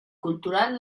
cultural